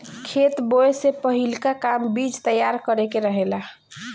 खेत बोए से पहिलका काम बीज तैयार करे के रहेला